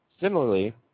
Similarly